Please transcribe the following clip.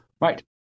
Right